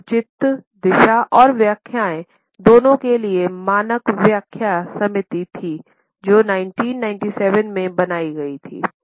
अब उचित दिशा और व्याख्याएं देने के लिए मानक व्याख्या समिति थी जो 1997 में बनाई गई थी